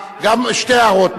שתי הערות,